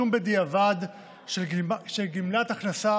55) (תשלום בדיעבד של גמלת הבטחת הכנסה